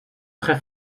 très